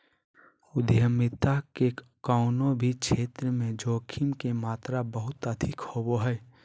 उद्यमिता के कउनो भी क्षेत्र मे जोखिम के मात्रा बहुत अधिक होवो हय